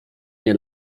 nie